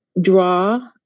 draw